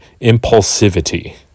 Impulsivity